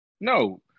No